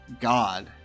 God